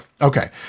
Okay